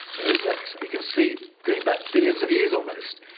is that you can see, going back billions of years almost,